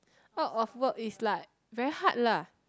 out of work is like very hard lah